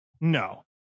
no